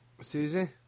Susie